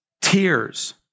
Tears